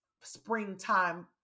springtime